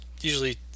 usually